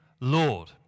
Lord